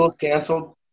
canceled